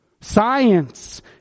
Science